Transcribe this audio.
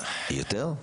יותר?